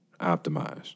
optimized